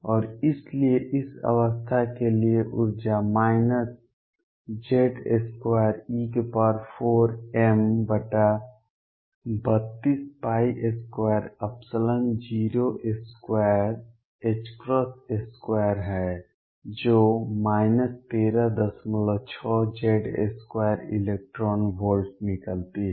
और इसलिए इस अवस्था के लिए ऊर्जा Z2e4m322022 है जो 136Z2 इलेक्ट्रॉन वोल्ट निकलती है